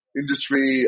industry